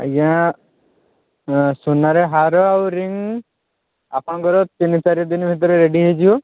ଆଜ୍ଞା ସୁନାରେ ହାର ଆଉ ରିଙ୍ଗ୍ ଆପଣଙ୍କର ତିନି ଚାରିଦିନ ଭିତରେ ରେଡ଼ି ହେଇଯିବ